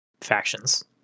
factions